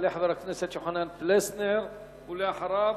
יעלה חבר הכנסת יוחנן פלסנר, ואחריו,